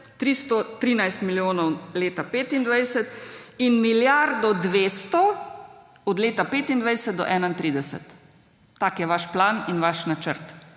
313 milijonov leta 2025 in milijardo 200 od leta 2025 do 2031. Tak je vaš plan in vaš načrt.